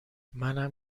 منم